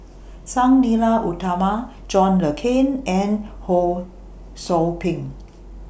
Sang Nila Utama John Le Cain and Ho SOU Ping